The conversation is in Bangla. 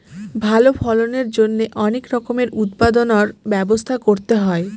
ভালো ফলনের জন্যে অনেক রকমের উৎপাদনর ব্যবস্থা করতে হয়